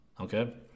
okay